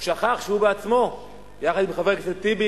הוא שכח שהוא עצמו יחד עם חבר הכנסת טיבי,